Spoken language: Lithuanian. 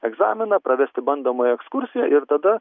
egzaminą pravesti bandomąją ekskursiją ir tada